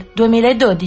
2012